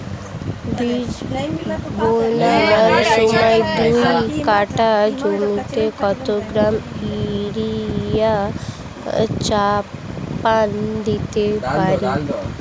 বীজ বোনার সময় দু কাঠা জমিতে কত গ্রাম ইউরিয়া চাপান দিতে পারি?